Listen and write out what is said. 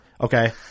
okay